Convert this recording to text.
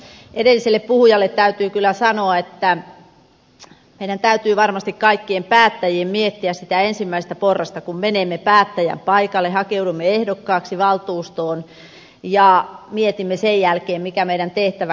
edelliselle puhujalle täytyy kyllä sanoa että meidän täytyy varmasti kaikkien päättäjien miettiä sitä ensimmäistä porrasta kun menemme päättäjän paikalle hakeudumme ehdokkaaksi valtuustoon ja mietimme sen jälkeen mikä meidän tehtävänkuvamme on